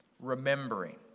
remembering